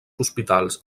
hospitals